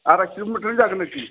आराय किलमिटार जागोन आरोखि